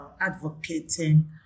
advocating